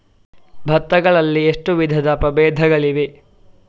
ಭತ್ತ ಗಳಲ್ಲಿ ಎಷ್ಟು ವಿಧದ ಪ್ರಬೇಧಗಳಿವೆ?